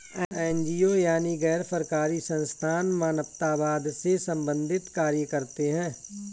NGO यानी गैर सरकारी संस्थान मानवतावाद से संबंधित कार्य करते हैं